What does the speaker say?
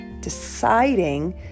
deciding